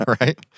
right